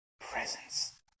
presence